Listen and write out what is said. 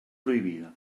prohibida